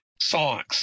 songs